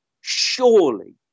Surely